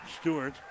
Stewart